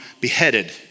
beheaded